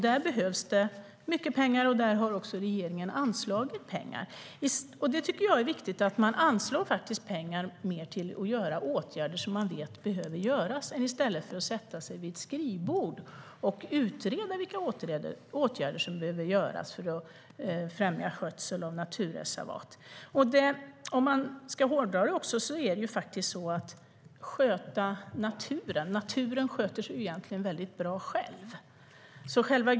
Där behövs mycket pengar, och där har också regeringen anslagit pengar. Jag tycker att det är viktigt att man anslår pengar till åtgärder som man vet behövs, i stället för att sätta sig vid ett skrivbord och utreda vilka åtgärder som behövs för att främja skötsel av naturreservat. Om man ska hårdra det sköter egentligen naturen sig väldigt bra själv.